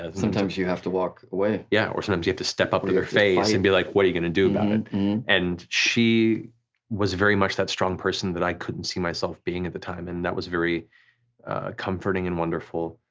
ah sometimes you have to walk away. yeah, or sometimes you have to step up to their face and be like what are you gonna do and um and she was very much that strong person that i couldn't see myself being at the time, and that was very comforting and wonderful,